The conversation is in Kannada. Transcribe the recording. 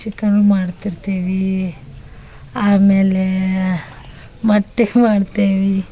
ಚಿಕನ್ನು ಮಾಡ್ತಿರ್ತೀವಿ ಆಮೇಲೆ ಮೊಟ್ಟೆ ಮಾಡ್ತೇವಿ